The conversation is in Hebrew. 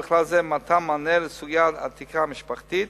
ובכלל זה מתן מענה בסוגיית התקרה המשפחתית